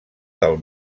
del